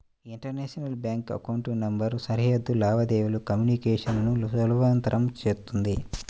international bank account number సరిహద్దు లావాదేవీల communication ను సులభతరం చేత్తుంది